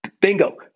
Bingo